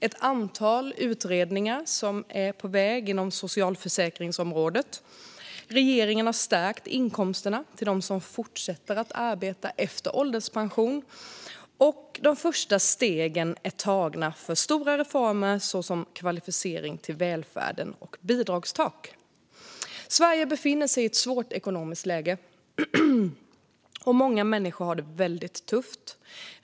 Ett antal utredningar är på väg inom socialförsäkringsområdet. Regeringen har stärkt inkomsterna för dem som fortsätter att arbeta efter ålderspensionen. Och de första stegen är tagna för stora reformer när det gäller kvalificering till välfärden och bidragstak. Sverige befinner sig i ett svårt ekonomiskt läge, och många människor har det väldigt tufft.